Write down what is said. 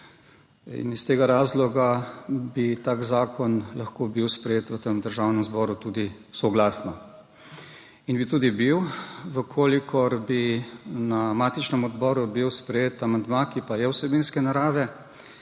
S tega razloga bi tak zakon lahko bil sprejet v tem državnem zboru tudi soglasno in bi tudi bil, če bi bil na matičnem odboru sprejet amandma, ki pa je vsebinske narave,